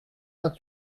vingt